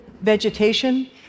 vegetation